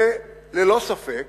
וללא ספק